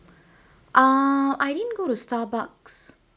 uh I didn't go to Starbucks